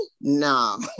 No